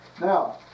Now